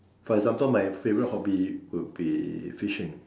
for example my favourite hobby would be fishing